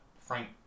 Frank